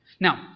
Now